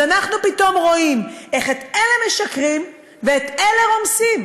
אז אנחנו פתאום רואים איך לאלה משקרים ואת אלה רומסים.